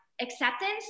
acceptance